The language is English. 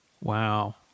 Wow